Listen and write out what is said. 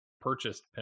purchased